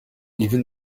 even